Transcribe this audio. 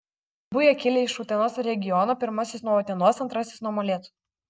abu jie kilę iš utenos regiono pirmasis nuo utenos antrasis nuo molėtų